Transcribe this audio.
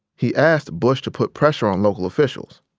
he asked bush to put pressure on local officials.